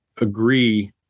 agree